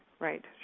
Right